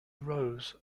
rows